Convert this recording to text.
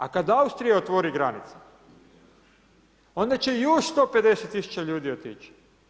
A kad Austrija otvori granice, onda će još 150 tisuća ljudi otići.